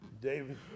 David